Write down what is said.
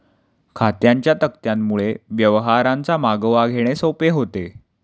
खात्यांच्या तक्त्यांमुळे व्यवहारांचा मागोवा घेणे सोपे होते